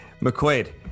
McQuaid